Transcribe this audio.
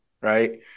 right